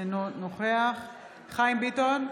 אינו נוכח חיים ביטון,